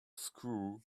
screw